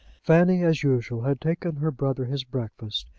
fanny, as usual, had taken her brother his breakfast,